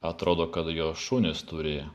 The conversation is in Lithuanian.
atrodo kad jo šunys turi